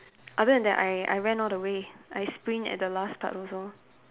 other than that I I ran all the way I sprint at the last part also